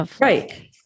Right